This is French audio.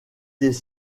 des